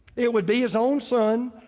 it would be his own son.